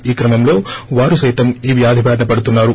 ఈ క్రమంలో వారు సైతం ఈ వ్యాధి బారిన పడుతున్నారు